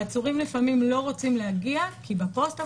העצורים לפעמים לא רוצים להגיע כי בפוסטה,